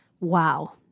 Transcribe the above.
Wow